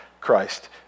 Christ